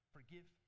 Forgive